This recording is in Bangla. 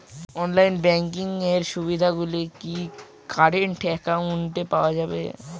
অনলাইন ব্যাংকিং এর সুবিধে গুলি কি কারেন্ট অ্যাকাউন্টে পাওয়া যাবে?